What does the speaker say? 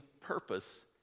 purpose